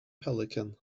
pelican